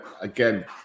again